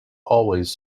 always